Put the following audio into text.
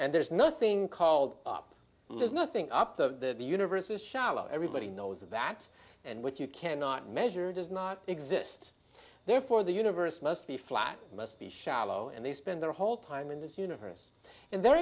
and there's nothing called up there's nothing up the universe is shallow everybody knows that and what you cannot measure does not exist therefore the universe must be flat must be shallow and they spend their whole time in this universe and there